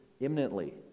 imminently